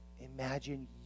Imagine